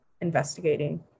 investigating